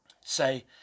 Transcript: say